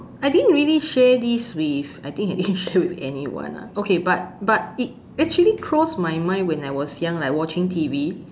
I didn't really share this with I think I didn't share with anyone lah okay but but it actually crossed my mind when I was young like watching T_V